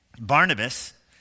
Barnabas